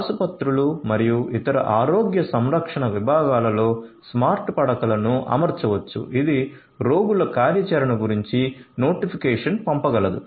ఆసుపత్రులు మరియు ఇతర ఆరోగ్య సంరక్షణ విభాగాలలో స్మార్ట్ పడకలను అమర్చవచ్చు ఇది రోగుల కార్యాచరణ గురించి నోటిఫికేషన్ పంపగలదు